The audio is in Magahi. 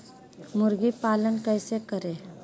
मुर्गी पालन कैसे करें?